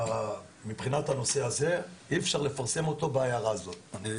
מבחינת הנושא הזה, אי אפשר לפרסם אותו בהערה הזאת.